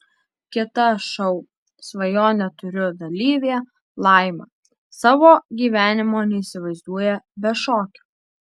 kita šou svajonę turiu dalyvė laima savo gyvenimo neįsivaizduoja be šokio